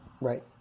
Right